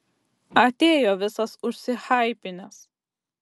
atėjo visas užsihaipinęs